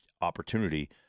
opportunity